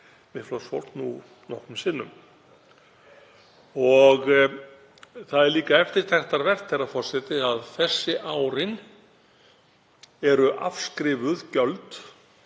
Miðflokksfólk, nú nokkrum sinnum. Það er líka eftirtektarvert, herra forseti, að þessi árin eru afskrifuð gjöld